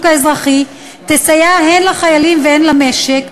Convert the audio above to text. האזרחי תסייע הן לחיילים והן למשק,